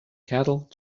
cattle